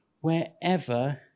wherever